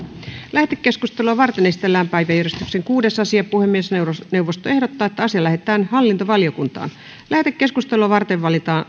lähetekeskustelua varten esitellään päiväjärjestyksen kuudes asia puhemiesneuvosto ehdottaa että asia lähetetään hallintovaliokuntaan lähetekeskustelua varten